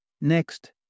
Next